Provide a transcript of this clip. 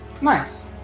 Nice